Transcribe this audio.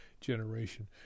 generation